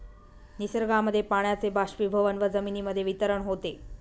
निसर्गामध्ये पाण्याचे बाष्पीभवन व जमिनीमध्ये वितरण होते